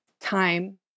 time